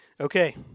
Okay